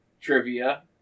trivia